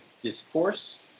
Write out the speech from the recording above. discourse